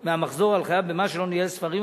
מהמחזור על חייב במס שלא ניהל ספרים,